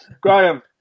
Graham